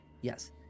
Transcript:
Yes